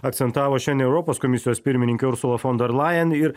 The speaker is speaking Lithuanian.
akcentavo šiandien europos komisijos pirmininkė ursula fon der lajen ir